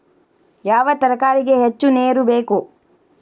ಯಾವ ತರಕಾರಿಗೆ ಹೆಚ್ಚು ನೇರು ಬೇಕು?